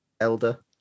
elder